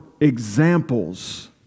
examples